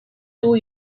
two